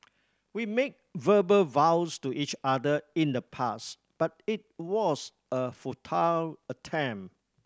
we made verbal vows to each other in the past but it was a futile attempt